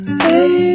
hey